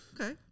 Okay